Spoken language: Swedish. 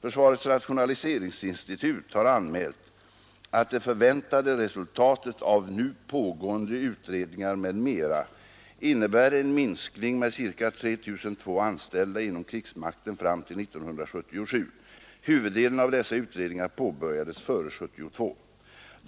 Försvarets rationaliseringsinstitut har anmält att det förväntade resultatet av nu pågående utredningar m.m. innebär en minskning med ca 3 200 anställda inom krigsmakten fram till 1977. Huvuddelen av dessa utredningar påbörjades före 1972.